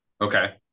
Okay